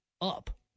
up